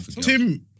Tim